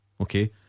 Okay